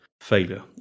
failure